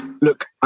Look